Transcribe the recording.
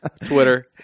twitter